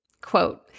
Quote